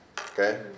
okay